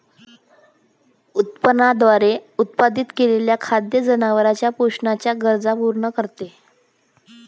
उत्पादनाद्वारे उत्पादित केलेले खाद्य जनावरांच्या पोषणाच्या गरजा पूर्ण करते